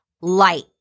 Light